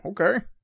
Okay